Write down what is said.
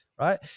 right